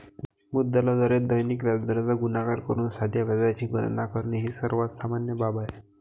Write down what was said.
मुद्दलाद्वारे दैनिक व्याजदराचा गुणाकार करून साध्या व्याजाची गणना करणे ही सर्वात सामान्य बाब आहे